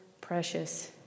precious